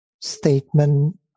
statement